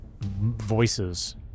voices